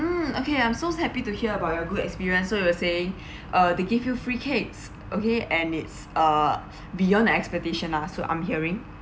mm okay I'm so happy to hear about your good experience so you were saying uh they give you free cakes okay and it's uh beyond the expectation lah so I'm hearing